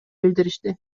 билдиришти